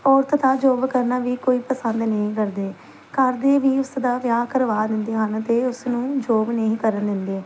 ਔਰਤ ਦਾ ਜੋਬ ਕਰਨਾ ਵੀ ਕੋਈ ਪਸੰਦ ਨਹੀਂ ਕਰਦੇ ਘਰ ਦੇ ਵੀ ਉਸ ਦਾ ਵਿਆਹ ਕਰਵਾ ਦਿੰਦੇ ਹਨ ਅਤੇ ਉਸ ਨੂੰ ਜੋਬ ਨਹੀਂ ਕਰਨ ਦਿੰਦੇ